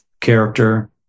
character